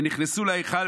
ונכנסו להיכל,